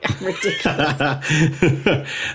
Ridiculous